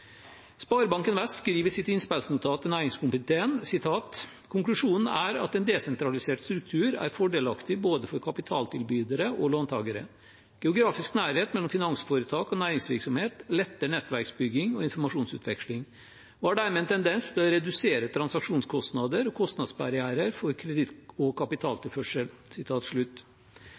Sparebanken Vest skriver i sitt innspillnotat til næringskomiteen at en desentralisert struktur er fordelaktig for både kapitaltilbydere og låntakere, og at geografisk nærhet mellom finansforetak og næringsvirksomhet letter nettverksbygging og informasjonsutveksling og har dermed en tendens til å redusere transaksjonskostnader og kostnadsbarrierer for kreditt- og kapitaltilførsel.